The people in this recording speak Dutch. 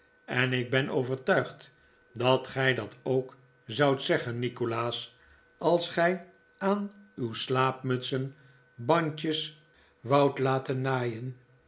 en ik ben overtuigd dat gij dat ook zoudt zeggen nikolaas als gij aan uw slaapmutsen bandjes woudt laten naaien